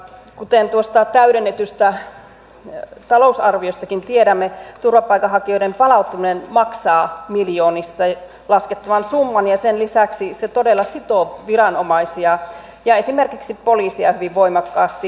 kuten tuosta täydennetystä talousarviostakin tiedämme turvapaikanhakijoiden palauttaminen maksaa miljoonissa laskettavan summan ja sen lisäksi se todella sitoo viranomaisia ja esimerkiksi poliisia hyvin voimakkaasti